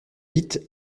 vite